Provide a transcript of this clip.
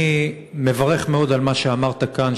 אני מברך מאוד על מה שאמרת כאן,